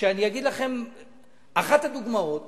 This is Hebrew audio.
אחת הדוגמאות